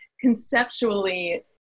conceptually